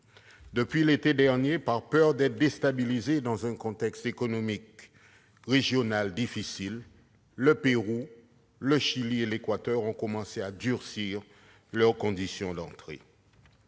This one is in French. Depuis l'été dernier, de peur d'être déstabilisés dans un contexte économique régional difficile, le Pérou, le Chili et l'Équateur ont entrepris de durcir leurs conditions d'entrées.